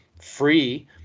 free